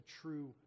true